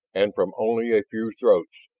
and from only a few throats,